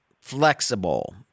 flexible